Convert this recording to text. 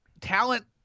talent